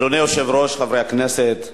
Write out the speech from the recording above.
אדוני היושב-ראש, חברי הכנסת,